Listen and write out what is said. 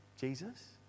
Jesus